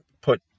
put